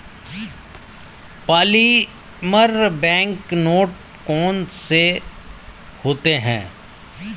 polymer bank note कौन से होते हैं